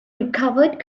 recovered